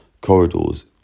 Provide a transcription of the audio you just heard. corridors